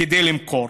כדי למכור.